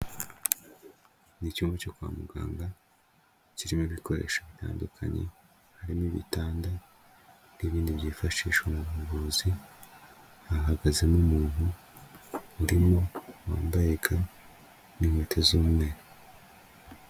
Ni icyuyuma cyo kwa muganga kirimo ibikoresho bitandukanye hari n'ibitanda n'ibindi byifashishwa mu buvuzi, hahagazemo umuntu urimo wambaye ga n'inkweto z'umweru.